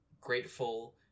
grateful